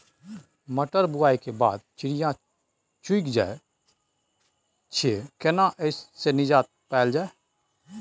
मटर बुआई के बाद चिड़िया चुइग जाय छियै केना ऐसे निजात पायल जाय?